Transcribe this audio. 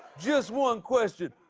just one question.